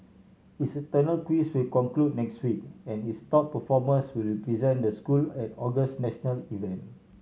its internal quiz will conclude next week and its top performers will represent the school at August national event